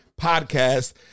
podcast